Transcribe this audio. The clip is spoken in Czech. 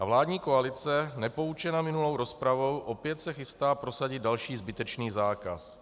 Vládní koalice, nepoučena minulou rozpravou, se opět chystá prosadit další zbytečný zákaz.